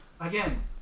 Again